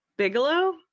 bigelow